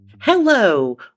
Hello